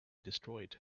destroyed